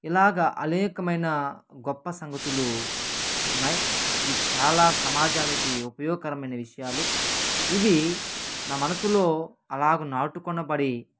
ఇలాగ అనేకమైన గొప్ప సంగతులు ఉన్నాయి ఇవి చాలా సమాజానికి ఉపయోగకరమైన విషయాలు ఇవి నా మనసులో అలాగ నాటుకొనబడి